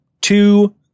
two